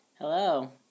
Hello